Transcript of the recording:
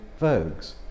vogues